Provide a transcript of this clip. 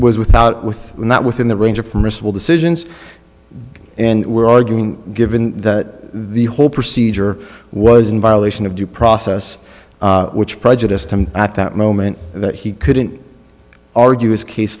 was without with not within the range of permissible decisions and we're arguing given that the whole procedure was in violation of due process which prejudiced him at that moment that he couldn't argue his case